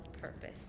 purpose